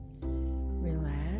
Relax